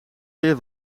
weer